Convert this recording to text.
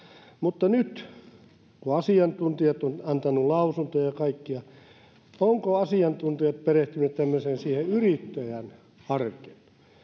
mutta kun asiantuntijat ovat antaneet lausuntoja ja kaikkia niin ovatko asiantuntijat nyt perehtyneet siihen yrittäjän arkeen